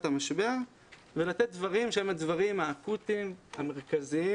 המשבר ולתת דברים שהם הדברים האקוטיים המרכזיים..